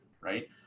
right